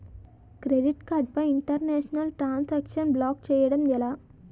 Credit card పై international transaction block చేయటం ఎలా?